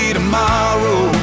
tomorrow